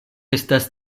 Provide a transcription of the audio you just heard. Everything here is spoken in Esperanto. estas